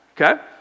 okay